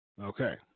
Okay